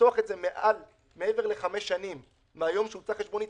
לפתוח את זה מעבר לחמש שנים מהיום שהוצאה חשבונית,